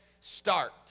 start